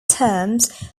terms